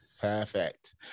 Perfect